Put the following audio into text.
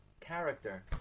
character